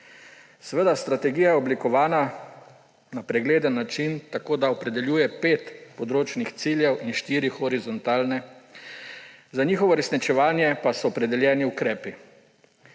Strategija je oblikovana na pregleden način tako, da opredeljuje pet področnih ciljev in štiri horizontalne. Za njihovo uresničevanje pa so opredeljeni ukrepi.